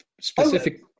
Specific